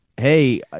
hey